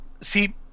see